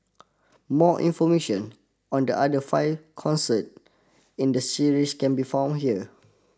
more information on the other five concert in the series can be found here